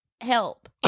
help